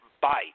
bite